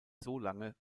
solange